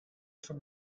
from